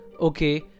Okay